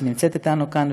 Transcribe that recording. שנמצאת איתנו כאן,